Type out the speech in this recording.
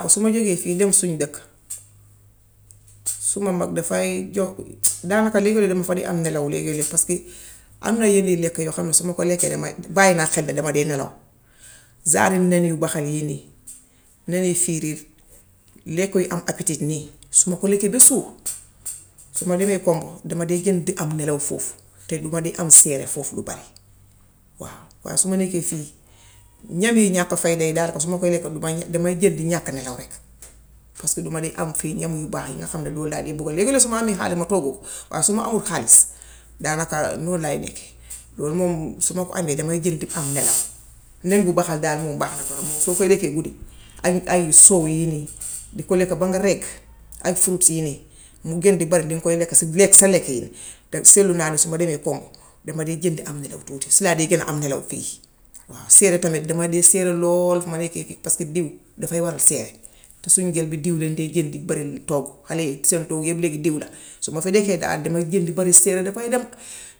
Waaw su ma jugee fii dem suñ dëkk suma mag defaay jog daanaka léegi-lee duma fa dee am nelaw léegi-lee paski am na yenn lekk su ma ko lekkee damay bàyyi naa xel ni dama dee nelaw. Genre i neni baxal yii nii. neni firiir, lekk yu am appétit nii su ma ko lekkee be suur, su ma demee pomp dama dee gën di am nelaw foofu, te duma di am foofu seere lu bare waaw. Waaye su ma nekkee fii ñam yu ñàkk fayda yi daanaka su ma koy lekk du may damay gën di ñàkk nelaw rekk paska dumaa di a ñam yu baax yi nga xam ne moom laa di bugga. Léegi-lee su ma amee xaalis oggu. Waaye su ma amul xaalis daanaka loolu laay lekk. Loolu moom su ma ko amee damay gen di am nelaw. Nen bu baxal daal moom baax na torob soo koy lekkee guddi ak ay soow yii nii, di ko lekka ba nga regg ak fruit yii nii mu gën di bari liŋ koy lekk sa lekk yi, te seetlu naa su ma demee kombo dama dee gen di am nelaw tuuti. Ci laa de gën di am nelaw fii waaw seere tamit dam dee seere lool bu ma nekkee ci paska diw dafay wane seere, te suñ njel bi diwliñ bi day jël di bari toggu. Xale yi seen toggu yépp léegi diw la. Su ma fi nekee daal damay gen di bari seere. Defaay dem.